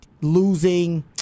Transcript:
losing –